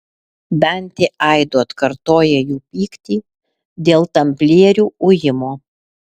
dantė aidu atkartoja jų pyktį dėl tamplierių ujimo